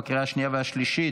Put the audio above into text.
בקריאה השנייה והשלישית.